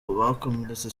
bakomeretse